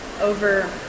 over